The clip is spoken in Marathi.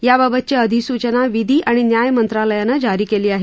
याबाबतची अधिसूचना विधी आणि न्याय मंत्रालयानं जारी केली आहे